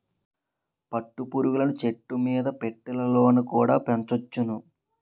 పట్టు పురుగులను చెట్టుమీద పెట్టెలలోన కుడా పెంచొచ్చును